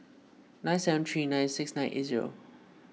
nine seven three nine six nine eight zero